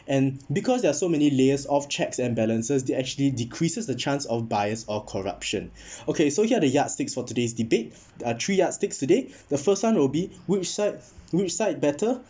and because there are so many layers of checks and balances they actually decreases the chance of bias or corruption okay so here the yardstick for today's debate uh three yardsticks today the first one will be which site which site better